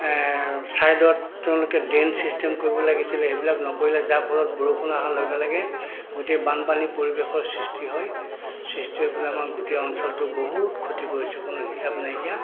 ছাইডত তেওঁলোকে drain system কৰিব লাগিছিলে সেইবিলাক নকৰিলে যাৰ ফলত বৰষুণ আহাৰ লগে লগে গোটেই বানপানীৰ পৰিৱেশৰ সৃষ্টি হয় সৃষ্টি হৈ পেলাই আমাৰ গোটেই অঞ্চলটো বহুত ক্ষতি কৰিছে কোনো হিচাপ নাইকিয়া